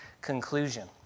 conclusion